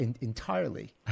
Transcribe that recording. entirely